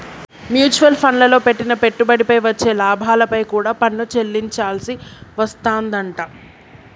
mutual ఫండ్లల్లో పెట్టిన పెట్టుబడిపై వచ్చే లాభాలపై కూడా పన్ను చెల్లించాల్సి వస్తాదంట